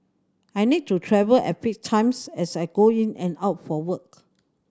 I need to travel at fixed times as I go in and out for work